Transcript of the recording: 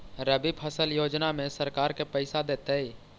रबि फसल योजना में सरकार के पैसा देतै?